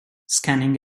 scanning